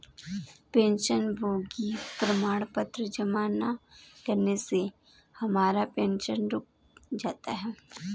पेंशनभोगी प्रमाण पत्र जमा न करने से हमारा पेंशन रुक जाता है